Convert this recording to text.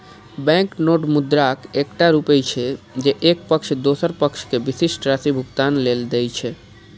banknote मुद्राक एकटा रूप छियै, जे एक पक्ष दोसर पक्ष कें विशिष्ट राशि भुगतान लेल दै छै